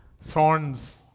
thorns